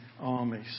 armies